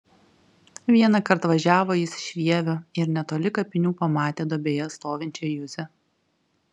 vienąkart važiavo jis iš vievio ir netoli kapinių pamatė duobėje stovinčią juzę